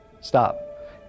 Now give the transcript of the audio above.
stop